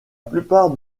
plupart